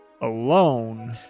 alone